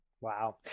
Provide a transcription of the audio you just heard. Wow